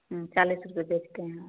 हम चालीस रुपये बेचते हैं